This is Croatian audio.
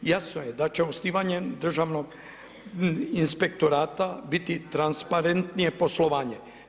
Jasno je da će osnivanjem Državnog inspektorata biti transparentnije poslovanje.